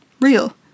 real